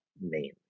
name